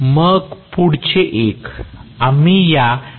मग पुढचे एक आम्ही या Va नियंत्रणाकडे काय पाहणार आहोत